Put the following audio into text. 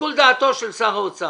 וזה בשיקול דעתו של שר האוצר.